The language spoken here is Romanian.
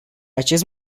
acest